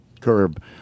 curb